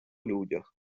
людях